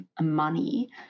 money